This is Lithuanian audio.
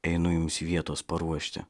einu jums vietos paruošti